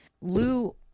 Lou